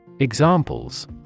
Examples